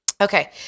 Okay